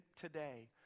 today